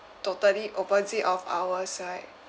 totally opposite of ours right